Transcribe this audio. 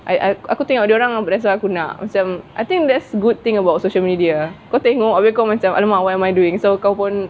aku tengok dorang that's why aku nak macam I think that's a good thing about social media kau tengok !alamak! what am I doing so kau pun